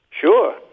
sure